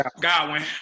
Godwin